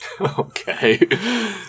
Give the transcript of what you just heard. Okay